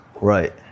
Right